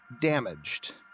damaged